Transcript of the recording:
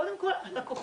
קודם כל הלקוחות.